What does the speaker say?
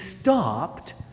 stopped